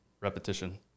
repetition